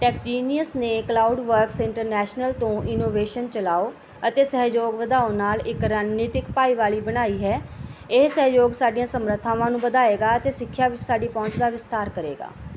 TechGenius ਨੇ CloudWorks International ਤੋਂ innovation ਚਲਾਓ ਅਤੇ ਸਹਿਯੋਗ ਵਧਾਓ ਨਾਲ ਇੱਕ ਰਣਨੀਤਕ ਭਾਈਵਾਲੀ ਬਣਾਈ ਹੈ ਇਹ ਸਹਿਯੋਗ ਸਾਡੀਆਂ ਸਮਰੱਥਾਵਾਂ ਨੂੰ ਵਧਾਏਗਾ ਅਤੇ ਸਿੱਖਿਆ ਵਿੱਚ ਸਾਡੀ ਪਹੁੰਚ ਦਾ ਵਿਸਤਾਰ ਕਰੇਗਾ